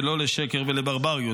ולא לשקר ולברבריות.